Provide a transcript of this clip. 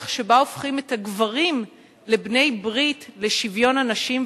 שבה הופכים את הגברים לבעלי ברית לשוויון הנשים,